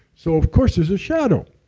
so of course there's a shadow,